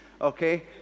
okay